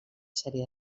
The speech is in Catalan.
sèrie